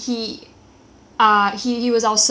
at lunch and dinner and